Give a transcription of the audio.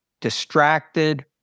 distracted